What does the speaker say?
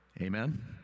amen